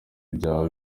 byaba